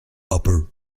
upper